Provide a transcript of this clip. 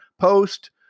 post